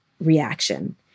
reaction